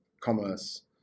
commerce